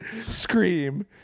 scream